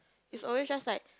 is always just like